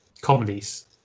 comedies